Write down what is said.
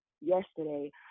yesterday